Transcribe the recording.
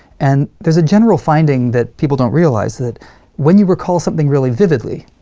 and there's a general finding that people don't realize that when you recall something really vividly,